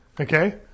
Okay